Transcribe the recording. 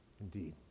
indeed